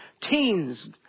teens